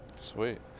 Sweet